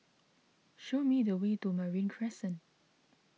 show me the way to Marine Crescent